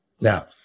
Now